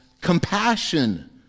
compassion